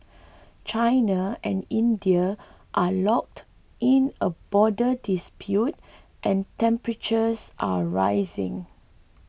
China and India are locked in a border dispute and temperatures are rising